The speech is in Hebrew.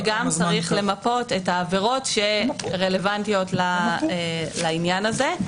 וגם צריך למפות את העבירות שרלוונטיות לעניין הזה.